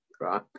right